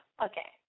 Okay